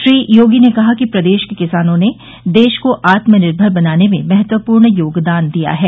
श्री योगी ने कहा कि प्रदेश के किसानों ने देश को आत्मनिर्भर बनाने में महत्वपूर्ण योगदान दिया है